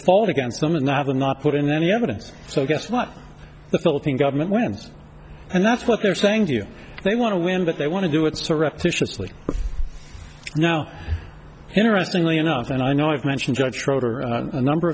them not put in any evidence so guess what the philippine government wins and that's what they're saying to you they want to win but they want to do it so repetitiously now interestingly enough and i know i've mentioned judge schroeder a number